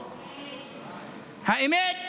האמת,